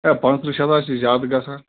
ہے پَنٛژترٛہ شیٚتھ حظ چھِ زیادٕ گژھان